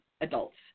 adults